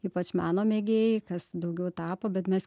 ypač meno mėgėjai kas daugiau tapo bet mes